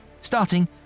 starting